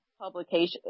publication